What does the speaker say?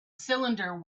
cylinder